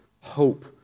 hope